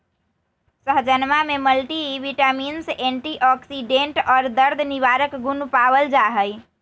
सहजनवा में multivitamins antioxidant और दर्द निवारक गुण पावल जाहई